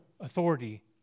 authority